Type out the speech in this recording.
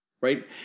right